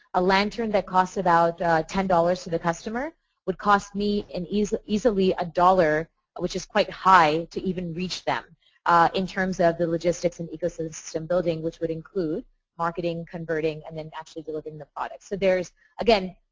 a lantern that cost about ten dollars for the customer would cost me an easily easily a dollar which is quite high to even reach them in terms of the logistics and ecosystem building which would include marketing, converting and then actually building the product. so there's again,